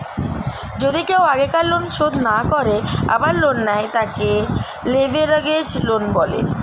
যদি কেও আগেকার লোন শোধ না করে আবার লোন নেয়, তাকে লেভেরাগেজ লোন বলে